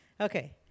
Okay